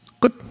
Good